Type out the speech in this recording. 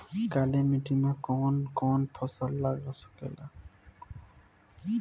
काली मिट्टी मे कौन कौन फसल लाग सकेला?